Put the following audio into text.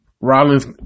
Rollins